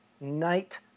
Night